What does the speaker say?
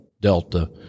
Delta